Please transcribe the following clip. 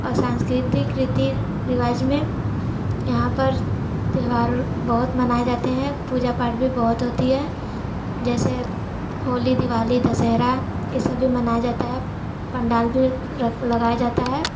और सांस्कृतिक रीति रिवाज़ में यहाँ पर त्यौहार बहुत मनाए जाते हैं पूजा पाठ भी बहुत होती है जैसे होली दिवाली दशहरा यह सब जो मनाया जाता है पंडाल भी लगाया जाता है